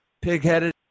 pigheaded